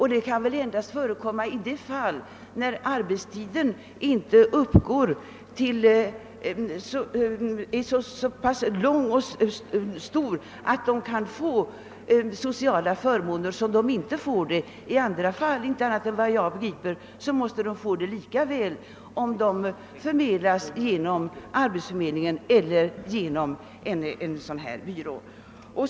I alla andra fall än sådana där arbetstiden inte är tillräcklig för att kvalificera för sociala förmåner måste de anställda såvitt jag förstår erhålla sociala förmåner, oavsett om uppdraget anvisats genom arbetsförmedlingen eller genom en anbulerande skrivbyrå.